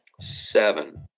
seven